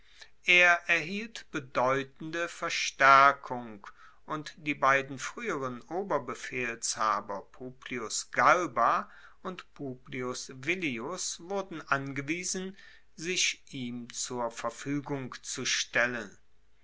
er erhielt bedeutende verstaerkung und die beiden frueheren oberbefehlshaber publius galba und publius villius wurden angewiesen sich ihm zur verfuegung zu stellen